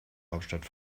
hauptstadt